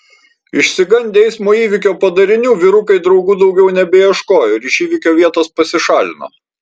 išsigandę eismo įvykio padarinių vyrukai draugų daugiau nebeieškojo ir iš įvykio vietos pasišalino